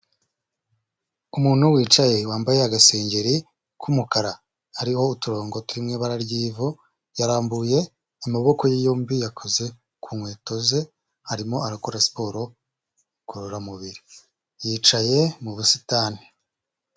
Umuntu wicaye wambaye agasengengeri k'umukara hariho uturongo turi mu ibara ry'ivu, yarambuye amaboko ye yombi yakoze ku nkweto ze arimo arakora siporo ngororamubiri, yicaye mu busitani.